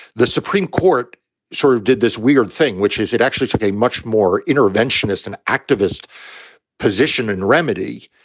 the supreme court sort of did this weird thing, which is it actually took a much more interventionist and activist position and remedy,